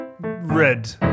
Red